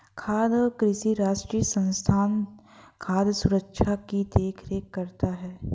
खाद्य और कृषि राष्ट्रीय संस्थान खाद्य सुरक्षा की देख रेख करता है